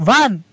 one